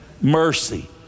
mercy